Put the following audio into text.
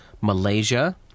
Malaysia